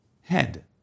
head